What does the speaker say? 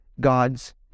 God's